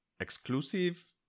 exclusive